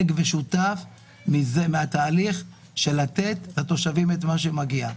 ושותף בתהליך שייתן לתושבים את מה שמגיע להם.